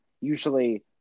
usually